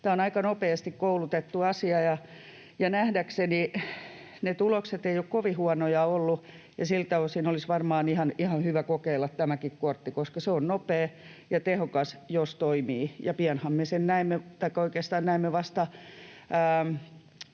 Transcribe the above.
Tämä on aika nopeasti koulutettu asia, ja nähdäkseni ne tulokset eivät ole kovin huonoja olleet, ja siltä osin olisi varmaan ihan hyvä kokeilla tämäkin kortti, koska se on nopea ja tehokas, jos toimii, ja pianhan me sen